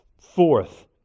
Fourth